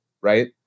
right